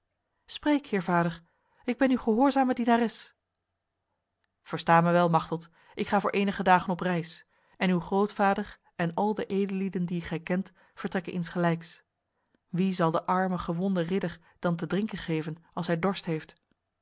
spreek heer vader ik ben uw gehoorzame dienares versta mij wel machteld ik ga voor enige dagen op reis en uw grootvader en al de edellieden die gij kent vertrekken insgelijks wie zal de arme gewonde ridder dan te drinken geven als hij dorst heeft